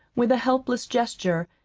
with a helpless gesture,